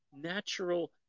natural